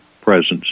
presence